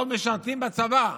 לא משרתים בצבא.